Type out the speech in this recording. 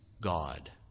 God